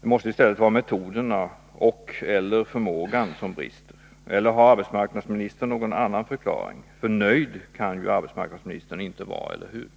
Det måste i stället vara metoderna och/eller förmågan som brister, eller har arbetsmarknadsministern någon annan förklaring — nöjd kan hon inte vara, eller hur?